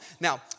Now